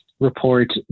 report